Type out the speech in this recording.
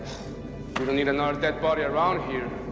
we don't need another dead body around here,